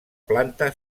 planta